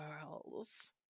girls